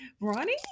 Ronnie